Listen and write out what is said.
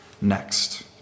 next